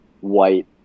white